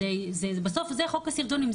בסוף זה חוק הסרטונים,